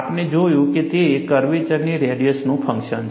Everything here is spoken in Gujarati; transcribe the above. આપણે જોયું કે તે કર્વેચરની રેડિયસનું ફંક્શન છે